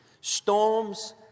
Storms